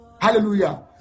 hallelujah